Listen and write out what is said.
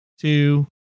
two